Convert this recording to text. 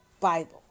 Bible